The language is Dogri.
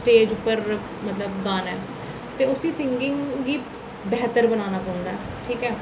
स्टेज पर मतलब सारें ते उसी सिंगिग गी बैहत्तर बनाना पौंदा ऐ ठीक ऐ